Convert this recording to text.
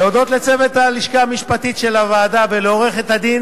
להודות לצוות הלשכה המשפטית של הוועדה ולעורכת-הדין